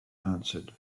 answered